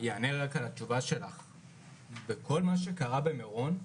כל מה שקרה במירון,